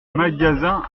magasins